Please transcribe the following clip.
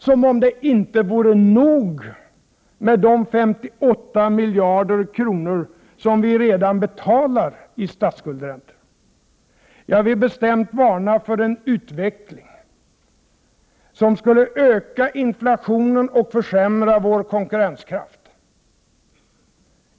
Som om det inte vore nog med de 58 miljarder kronor vi redan betalar i statsskuldräntor. Jag vill bestämt varna för en utveckling som skulle öka inflationen och försämra vår konkurrenskraft.